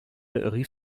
rief